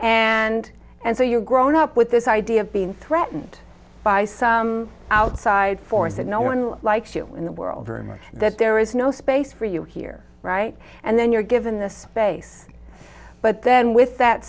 and and so you've grown up with this idea of being threatened by some outside force that no one likes you in the world very much that there is no space for you here right and then you're given the space but then with that